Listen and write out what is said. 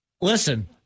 Listen